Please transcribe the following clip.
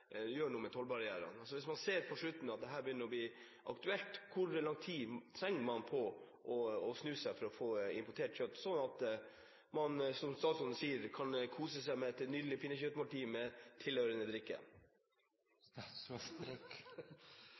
noe med tollbarrierene? Hvis man ser mot slutten at dette kan bli aktuelt, hvor lang tid trenger man på å snu seg for å få importert kjøtt, slik at man kan, som statsråden sier, kose seg med et nydelig pinnekjøttmåltid med tilhørende drikke?